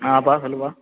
ஆ அப்பா சொல்லுப்பா